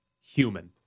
human